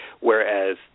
whereas